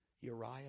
Uriah